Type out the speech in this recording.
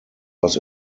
was